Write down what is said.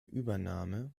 übernahme